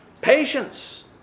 patience